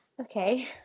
okay